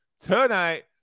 tonight